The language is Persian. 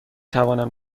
توانم